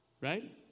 Right